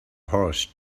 horse